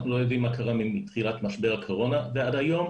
אנחנו לא יודעים מה קרה מתחילת משבר הקורונה ועד היום.